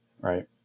right